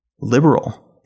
liberal